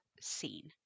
scene